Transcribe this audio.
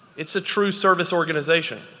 it's a true service organization.